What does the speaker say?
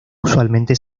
usualmente